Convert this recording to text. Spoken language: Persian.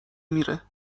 میره